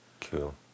Cool